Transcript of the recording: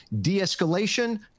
de-escalation